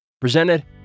presented